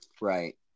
right